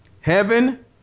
Heaven